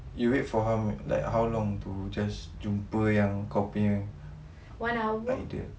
you wait for how how long to just jumpa yang kau punya idol